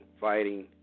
Fighting